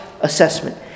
assessment